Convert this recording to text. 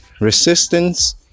resistance